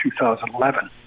2011